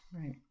Right